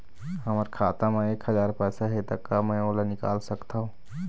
हमर खाता मा एक हजार पैसा हे ता का मैं ओला निकाल सकथव?